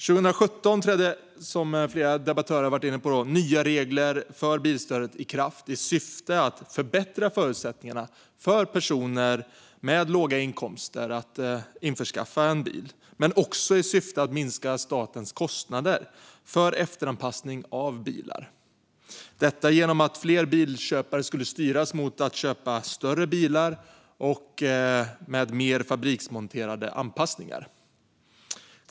År 2017 trädde, som flera debattörer varit inne på, nya regler för bilstödet i kraft i syfte att förbättra förutsättningarna för personer med låga inkomster att införskaffa en bil men också i syfte att minska statens kostnader för efteranpassningar av bilar, detta genom att fler bilköpare skulle styras mot att köpa större bilar och med mer fabriksmonterade anpassningar.